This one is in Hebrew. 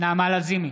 נעמה לזימי,